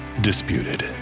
disputed